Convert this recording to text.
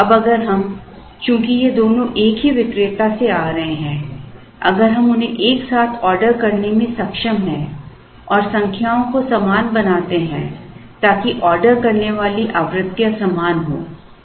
अब अगर हम चूंकि ये दोनों एक ही विक्रेता से आ रहे हैं अगर हम उन्हें एक साथ ऑर्डर करने में सक्षम हैं और संख्याओं को समान बनाते हैं ताकि ऑर्डर करने वाली आवृत्तियां समान हों